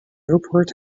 airport